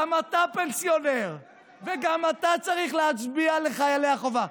גם אתה פנסיונר וגם אתה צריך להצביע לחיילי החובה.